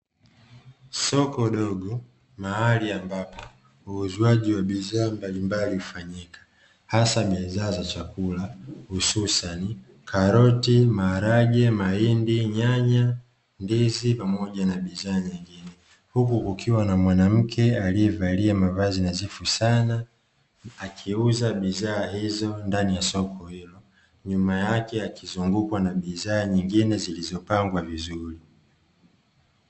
Soko dogo mahali ambapo uuzwaji wa bidhaa mbalimbali hufanyika hasa bidhaa za chakula hususani karoti, maharage, mahindi, nyanya, ndizi, pamoja na bidhaa nyingine, huku kukiwa na mwanamke aliyevalia mavazi nadhifu sana, akiuza bidhaa hizo ndani ya soko hilo, nyuma yake akizungukwa na bidhaa nyingine zilizopangwa vizuri.